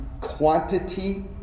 quantity